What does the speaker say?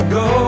go